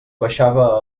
baixava